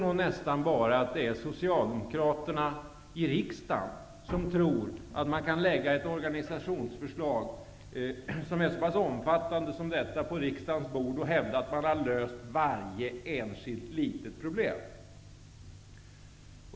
Det tycks bara vara socialdemokraterna i riksdagen som tror att man kan lägga ett så pass omfattande organisationsförslag på riksdagens bord och hävda att man därmed har löst varje enskilt litet problem.